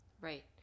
Right